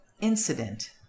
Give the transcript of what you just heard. incident